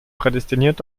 prädestiniert